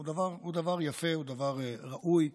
הוא דבר יפה וראוי.